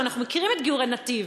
שאנחנו מכירים את גיורי "נתיב",